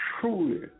truly